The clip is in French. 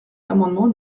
l’amendement